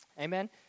Amen